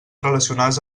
relacionades